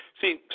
see